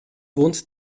wohnt